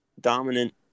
dominant